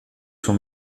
son